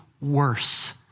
worse